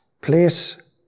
place